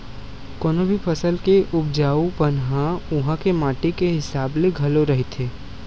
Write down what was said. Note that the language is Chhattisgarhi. कोनो भी फसल के उपजाउ पन ह उहाँ के माटी के हिसाब ले घलो रहिथे